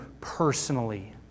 personally